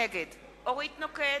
נגד אורית נוקד,